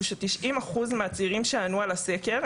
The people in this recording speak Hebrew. זה ש-90% מאלה שענו על הסקר,